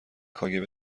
کاگب